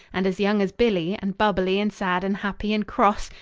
and as young as billy, and bubbly and sad and happy and cross,